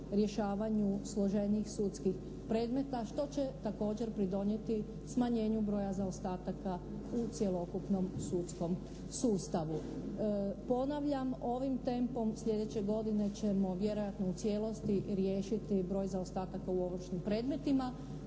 rješavanju složenijih sudskih predmeta što će također pridonijeti smanjenju broja zaostataka u cjelokupnom sudskom sustavu. Ponavljam ovim tempom sljedeće godine ćemo vjerojatno u cijelosti riješiti broj zaostataka u ovršnim predmetima